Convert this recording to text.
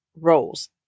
roles